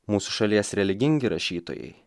mūs šalies religingi rašytojai